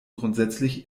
grundsätzlich